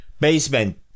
basement